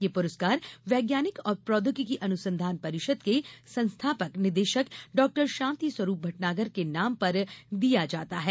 यह पुरस्कार वैज्ञानिक और औद्योगिक अनुसंधान परिषद के संस्थापक निदेशक डॉ शांतिस्वरूप भट्नागर के नाम पर दिया जाता है